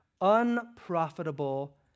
unprofitable